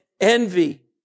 envy